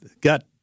got